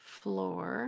floor